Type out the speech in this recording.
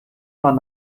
man